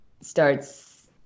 starts